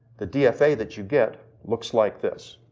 the dfa that you get, looks like this.